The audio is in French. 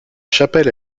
chapelle